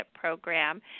program